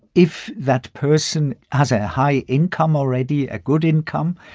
if that person has a high income already, a good income,